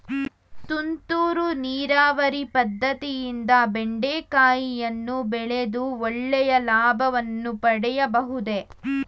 ತುಂತುರು ನೀರಾವರಿ ಪದ್ದತಿಯಿಂದ ಬೆಂಡೆಕಾಯಿಯನ್ನು ಬೆಳೆದು ಒಳ್ಳೆಯ ಲಾಭವನ್ನು ಪಡೆಯಬಹುದೇ?